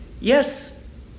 Yes